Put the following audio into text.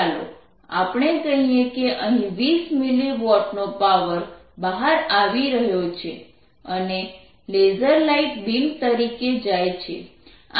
ચાલો આપણે કહીએ કે અહીં 20 મિલી વોટનો પાવર બહાર આવી રહ્યો છે અને લેસર લાઈટ બીમ તરીકે જાય છે